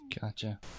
Gotcha